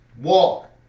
walk